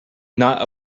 not